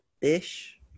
ish